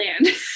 land